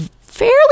fairly